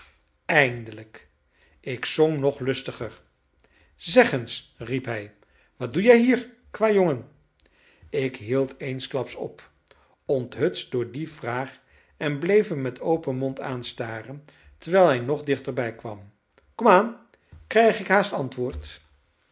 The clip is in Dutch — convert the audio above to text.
eindelijk ik zong nog lustiger zeg eens riep hij wat doe jij hier kwajongen ik hield eensklaps op onthutst door die vraag en bleef hem met open mond aanstaren terwijl hij nog dichterbij kwam komaan krijg ik haast antwoord